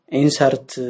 insert